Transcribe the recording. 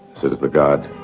says the guard.